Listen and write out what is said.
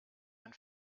ein